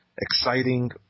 exciting